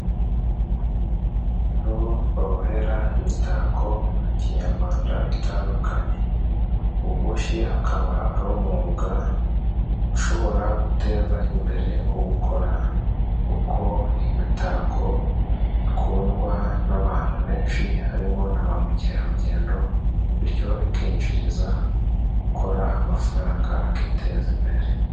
Aho babohera imitako ya kinyarwanda itandukanye. Ububoshyi akaba ari umwuga ushobora guteza imbere uwukora, kuko imitako ikundwa n'abantu benshi, harimo na ba Mukerarugendo, bityo akinjiriza gukora amafaranga akiteza imbere.